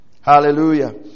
hallelujah